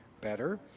better